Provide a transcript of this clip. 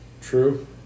true